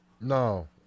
No